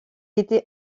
était